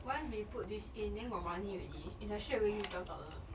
once we put this in then got money already is like straight away give twelve dollar